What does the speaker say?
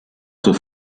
zur